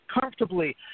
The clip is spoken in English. comfortably